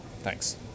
Thanks